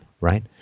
right